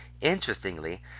Interestingly